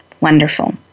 Wonderful